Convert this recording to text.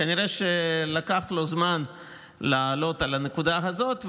כנראה לקח לו זמן לעלות על הנקודה הזאת,